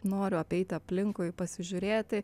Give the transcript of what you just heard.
noriu apeiti aplinkui pasižiūrėti